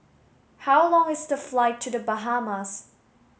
how long is the flight to the Bahamas